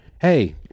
hey